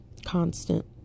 Constant